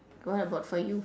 what about for you